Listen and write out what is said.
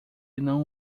não